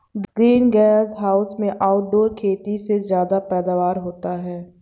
green gas house में outdoor खेती से ज्यादा पैदावार होता है